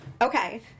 Okay